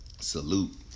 Salute